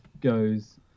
goes